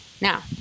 Now